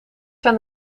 zijn